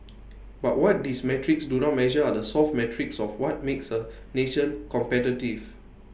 but what these metrics do not measure are the soft metrics of what makes A nation competitive